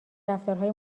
رفتارهای